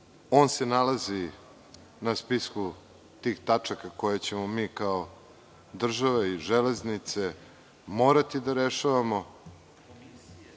On se nalazi na spisku tih tačaka koje ćemo mi kao država i „Železnice“ morati da rešavamo,